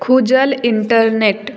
खुजल इंटरनेट